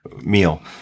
meal